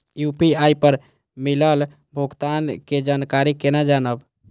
UPI पर मिलल भुगतान के जानकारी केना जानब?